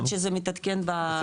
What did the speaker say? עד שזה מתעדכן במערכות המחשוב.